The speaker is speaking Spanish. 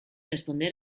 responder